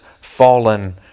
fallen